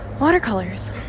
watercolors